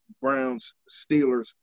Browns-Steelers